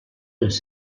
les